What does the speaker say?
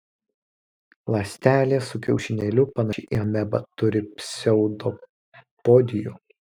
ląstelė su kiaušinėliu panaši į amebą turi pseudopodijų